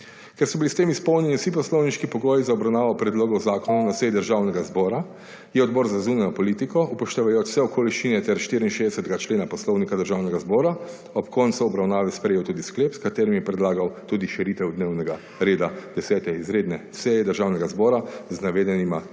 Ker so bili s tem izpolnjeni vsi poslovniški pogoji za obravnavo predlogov zakonov na seji Državnega zbora je Odbor za zunanjo politiko upoštevajoč vse okoliščine ter 64. člena Poslovnika Državnega zbora ob koncu obravnave sprejel tudi sklep s katerim je predlagal tudi širitev dnevnega reda 10. izredne seje Državnega zbora z navedenima